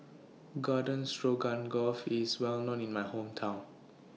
Garden IS Well known in My Hometown